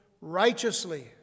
righteously